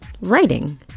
writing